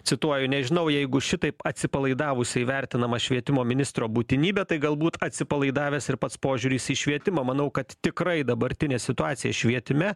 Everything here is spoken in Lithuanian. cituoju nežinau jeigu šitaip atsipalaidavusiai vertinama švietimo ministro būtinybė tai galbūt atsipalaidavęs ir pats požiūris į švietimą manau kad tikrai dabartinė situacija švietime